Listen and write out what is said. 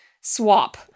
swap